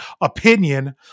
Opinion